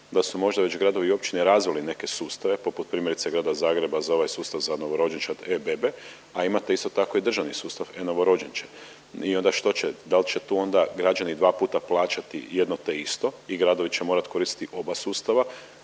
da su možda već gradovi i općine razvili neke sustave poput primjerice grada Zagreba za ovaj sustav za novorođenčad e-bebe, a imate isto tako i državni sustav e-novorođenče. I onda što će, da li će tu onda građani dva puta plaćati jedno te isto. Ti gradovi će morati koristiti oba sustava